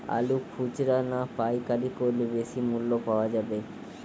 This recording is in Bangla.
আলু খুচরা না পাইকারি করলে বেশি মূল্য পাওয়া যাবে?